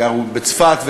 גרו בצפת,